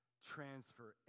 transfer